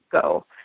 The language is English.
go